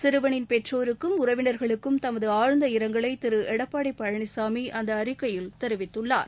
சிறுவனின் பெற்றோருக்கும் உறவினர்களுக்கும் தமது ஆழ்ந்த இரங்கலை திரு எடப்பாடி பழனிசாமி அந்த அறிக்கையில் தெரிவித்துள்ளார்